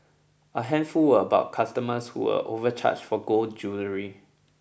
a handful were about customers who were overcharged for gold jewellery